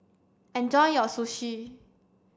enjoy your Sushi